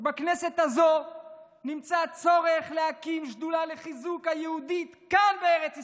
בכנסת הזו נמצא הצורך להקים שדולה לחיזוק הזהות היהודית כאן בארץ ישראל.